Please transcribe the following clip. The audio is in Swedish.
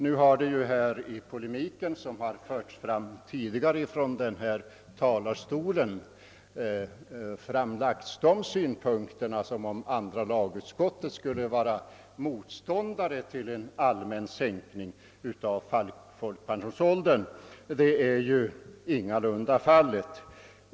Nu har det ju i polemiken från denna talarstol tidigare antytts att andra lagutskottet skulle vara motstån dare till en allmän sänkning av folkpensionsåldern. Det är ingalunda fallet.